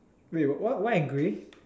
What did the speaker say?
wait what what white and grey